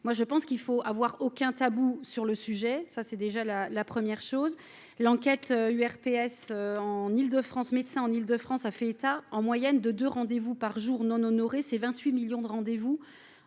moi je pense qu'il faut avoir aucun tabou sur le sujet, ça c'est déjà la la première chose, l'enquête URPS en Île-de-France, médecin en Île-de-France a fait état en moyenne de 2 rendez-vous par jour non ses 28 millions de rendez-vous